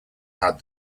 had